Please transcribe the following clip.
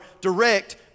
direct